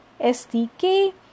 sdk